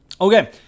okay